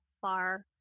far